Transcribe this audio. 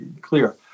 clear